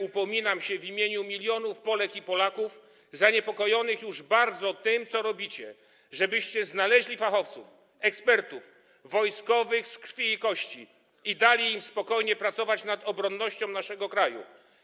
Upominam się dzisiaj w imieniu milionów Polek i Polaków zaniepokojonych bardzo tym, co robicie, żebyście znaleźli fachowców, ekspertów, wojskowych z krwi i kości i dali im spokojnie pracować nad obronnością naszego kraju.